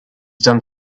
done